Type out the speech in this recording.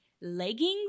leggings